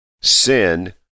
Sin